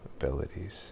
abilities